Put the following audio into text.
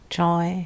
joy